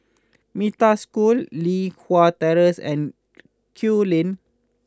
Metta School Li Hwan Terrace and Kew Lane